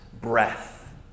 breath